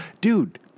Dude